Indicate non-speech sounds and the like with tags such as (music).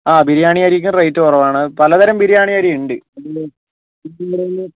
ആ ബിരിയാണി അരിക്കും റേറ്റ് കുറവാണ് പലതരം ബിരിയാണി അരി ഉണ്ട് (unintelligible)